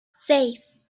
seis